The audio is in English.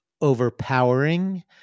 overpowering